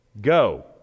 Go